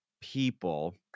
people